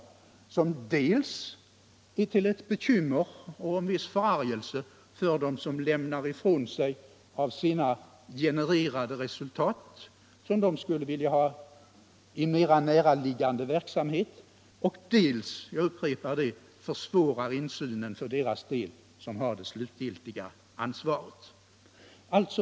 Dels är detta till bekymmer och en viss förargelse för dem som lämnar ifrån sig av sina genererade resultat, som de skulle vilja själva förfoga över i mer närliggande verksamhet, dels — jag upprepar det —- försvårar det insynen för deras del som har det slutgiltiga ansvaret.